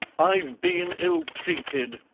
i've been ill-treated,